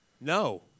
No